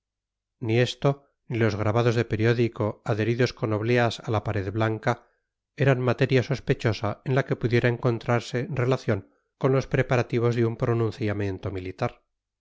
ni esto ni los grabados de periódico adheridos con obleas a la pared blanca eran materia sospechosa en la que pudiera encontrarse relación con los preparativos de un pronunciamiento militar